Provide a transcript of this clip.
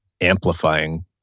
amplifying